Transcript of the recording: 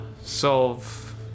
solve